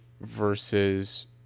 versus